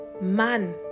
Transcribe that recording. man